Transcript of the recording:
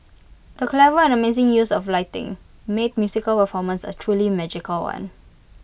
the clever and amazing use of lighting made musical performance A truly magical one